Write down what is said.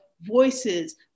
voices